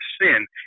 sin